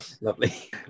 Lovely